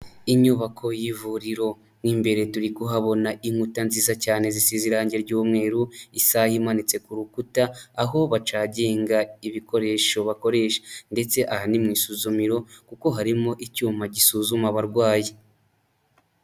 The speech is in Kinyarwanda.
Inyubako y'ivuriro. Mo imbere turi kuhabona inkuta nziza cyane zisize irangi ry'umweru, isaha imanitse ku rukuta, aho bacaginga ibikoresho bakoresha. Ndetse aha ni mu isuzumiro, kuko harimo icyuma gisuzuma abarwayi.